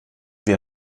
wir